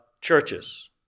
churches